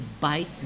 bite